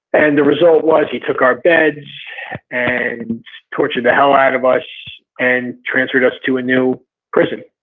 and the result was he took our beds and tortured the hell out of us and transferred us to a new prison.